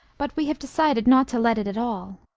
but we have decided not to let it at all.